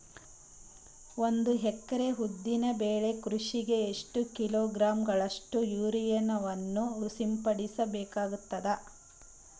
ಒಂದು ಎಕರೆ ಉದ್ದಿನ ಬೆಳೆ ಕೃಷಿಗೆ ಎಷ್ಟು ಕಿಲೋಗ್ರಾಂ ಗಳಷ್ಟು ಯೂರಿಯಾವನ್ನು ಸಿಂಪಡಸ ಬೇಕಾಗತದಾ?